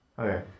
Okay